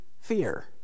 fear